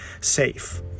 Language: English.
safe